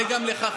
זה גם לך,